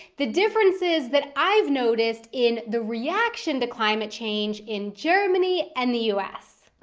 the differences that i've noticed in the reaction to climate change in germany and the u s.